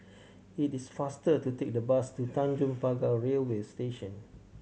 it is faster to take the bus to Tanjong Pagar Railway Station